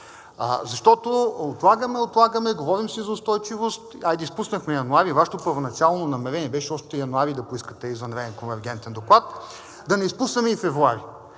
Защото отлагаме, отлагаме, говорим си за устойчивост, айде, изпуснахме януари – Вашето първоначално намерение беше още януари да поискате извънреден конвергентен доклад, да не изпуснем и февруари.